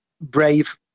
brave